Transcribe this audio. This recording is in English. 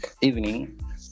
evening